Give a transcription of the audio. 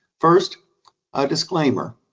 first a disclaimer,